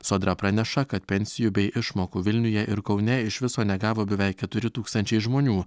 sodra praneša kad pensijų bei išmokų vilniuje ir kaune iš viso negavo beveik keturi tūkstančiai žmonių